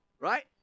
Right